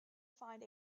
find